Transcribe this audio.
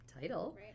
title